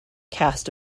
cast